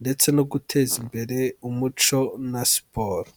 ndetse no guteza imbere umuco na siporo.